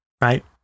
right